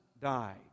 died